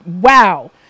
wow